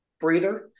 breather